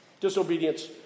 Disobedience